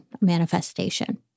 manifestation